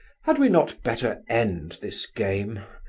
had we not better end this game?